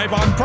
on